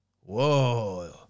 Whoa